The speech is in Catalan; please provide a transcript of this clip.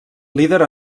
líder